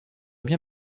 bien